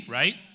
right